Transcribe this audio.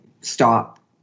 stop